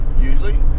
Usually